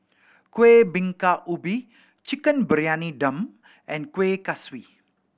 Kueh Bingka Ubi Chicken Briyani Dum and Kueh Kaswi